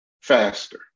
faster